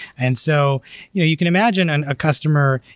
and so you know you can imagine on a customer,